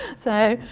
so,